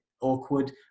awkward